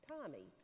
Tommy